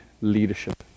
leadership